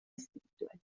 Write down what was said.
espiritual